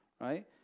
Right